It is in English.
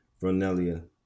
Vernelia